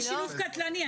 אני שילוב קטלני,